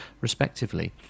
respectively